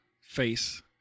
face